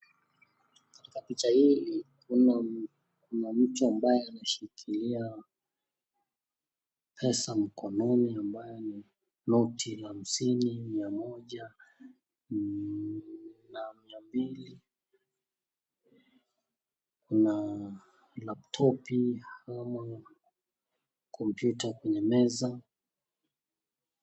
Katika Picha hii Kuna, Kuna mtu ambaye ameshikilia pesa mkononi ambayo ni noti ya shilingi mia Moja Kuna mbili. Kuna (computer) Kuna meza.